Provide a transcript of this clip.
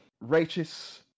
righteous